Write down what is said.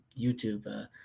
YouTube